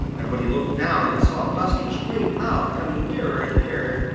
and when he looked down and saw buster's great mouth coming nearer and nearer,